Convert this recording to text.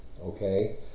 okay